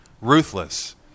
ruthless